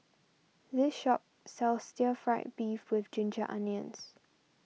this shop sells Stir Fried Beef with Ginger Onions